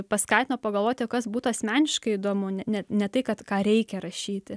paskatino pagalvoti o kas būtų asmeniškai įdomu ne ne tai kad ką reikia rašyti tai